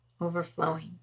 overflowing